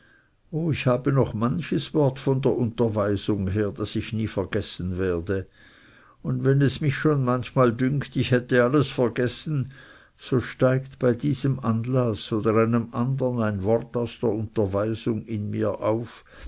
oh ich habe noch manches wort von der unterweisung her das ich nie vergessen werde und wenn es mich schon manchmal dünkt ich hätte alles vergessen so steigt bei diesem anlaß oder einem andern ein wort aus der unterweisung in mir auf